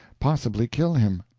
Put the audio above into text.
possibly kill him.